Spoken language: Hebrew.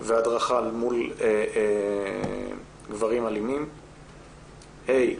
והדרכה מול גברים אלימים, ה',